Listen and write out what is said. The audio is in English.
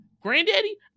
Granddaddy